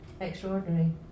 extraordinary